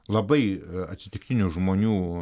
labai atsitiktinių žmonių